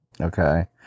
Okay